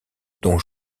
dont